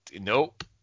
nope